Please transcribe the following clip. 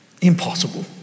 impossible